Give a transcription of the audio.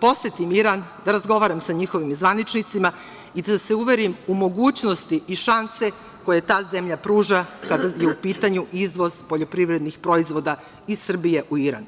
posetim Iran, da razgovaram sa njihovim zvaničnicima i da se uverim u mogućnosti i šanse koje ta zemlja pruža kada je u pitanju izvoz poljoprivrednih proizvoda iz Srbije u Iran.